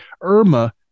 Irma